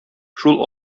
шул